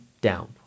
down